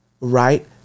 right